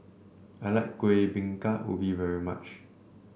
I like Kuih Bingka Ubi very much